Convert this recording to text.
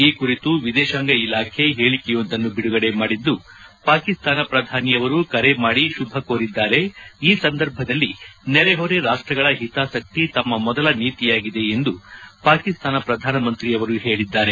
ಈ ಕುರಿತು ವಿದೇಶಾಂಗ ಇಲಾಖೆ ಹೇಳಿಕೆಯೊಂದನ್ನು ಬಿಡುಗಡೆ ಮಾಡಿದ್ಲು ಪಾಕಿಸ್ತಾನ ಪ್ರಧಾನಿಯವರು ಕರೆ ಮಾಡಿ ಶುಭ ಕೋರಿದ್ಲಾರೆ ಈ ಸಂದರ್ಭದಲ್ಲಿ ನೆರೆಹೊರೆ ರಾಷ್ಷಗಳ ಹಿತಾಸಕ್ತಿ ತಮ್ನ ಮೊದಲ ನೀತಿಯಾಗಿದೆ ಎಂದು ಪಾಕಿಸ್ತಾನ ಪ್ರಧಾನಮಂತ್ರಿಯವರು ಹೇಳಿದ್ದಾರೆ